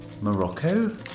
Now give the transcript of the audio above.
Morocco